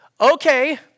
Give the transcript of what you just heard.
Okay